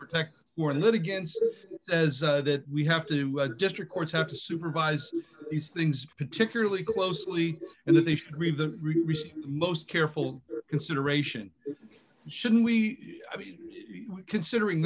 protect or that against as that we have to district courts have to supervise these things particularly closely and that they should read the most careful consideration should we i mean considering